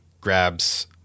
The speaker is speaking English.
grabs